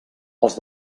els